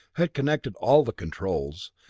had connected all the controls,